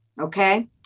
Okay